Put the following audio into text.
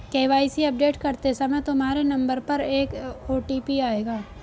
KYC update करते समय तुम्हारे नंबर पर एक ओ.टी.पी आएगा